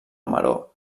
maror